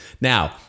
Now